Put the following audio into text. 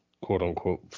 quote-unquote